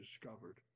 discovered